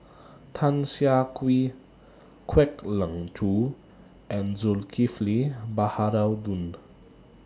Tan Siah Kwee Kwek Leng Joo and Zulkifli Baharudin